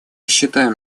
считаем